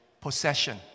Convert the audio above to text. possession